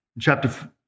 Chapter